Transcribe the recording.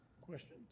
Questions